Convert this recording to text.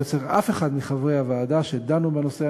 לא אצל אף אחד מחברי הוועדה שדנו בנושא,